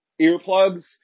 earplugs